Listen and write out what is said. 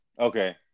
Okay